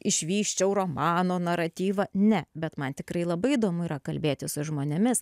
išvysčiau romano naratyvą ne bet man tikrai labai įdomu yra kalbėti su žmonėmis